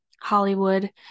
Hollywood